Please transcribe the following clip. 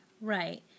Right